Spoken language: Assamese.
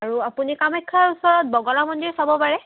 আৰু আপুনি কামাখ্যাৰ ওচৰত বগলা মন্দিৰ চাব পাৰে